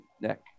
neck